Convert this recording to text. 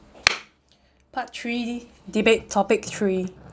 part three debate topic three